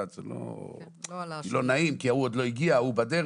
לא נעים, כי ההוא עוד לא הגיע, ההוא בדרך.